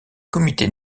comités